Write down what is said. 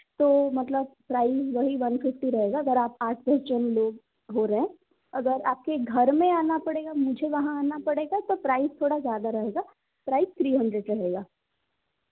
तो मतलब प्राइस वही वन फिफ्टी रहेगा अगर आप आठ से टेन लोग हो गए तो अगर आपके घर में आना पड़ेगा मुझे वहां आना पड़ेगा तो प्राइस थोड़ा ज़्यादा रहेगा प्राइस थ्री हंड्रेड रहेगा